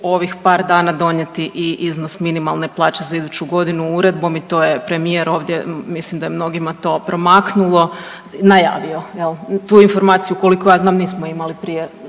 ovih par dana donijeti i iznos minimalne plaće za iduću godinu uredbom i to je premijer ovdje mislim da je mnogima to promaknulo najavio jel. Tu informaciju koliko ja znam nismo imali prije,